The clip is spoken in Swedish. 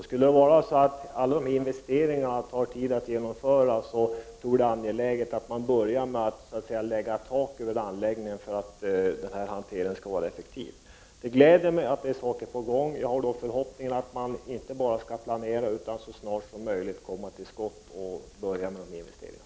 Är det så att alla dessa investeringar tar tid att genomföra, torde det vara angeläget att börja med att lägga tak över anläggningen, så att hanteringen blir effektiv. Det gläder mig att saker är på gång, och jag har förhoppningen att man inte bara skall planera utan att man så snart som möjligt kommer till skott och börjar med investeringarna.